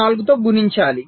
04 తో గుణించాలి